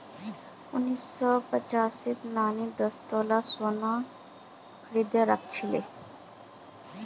उन्नीस सौ पचासीत नानी दस तोला सोना खरीदे राखिल छिले